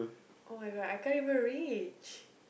oh-my-god I can't even reach